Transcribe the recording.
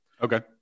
Okay